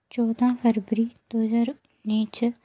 चौदां फरवरी दो ज्हार उन्नी च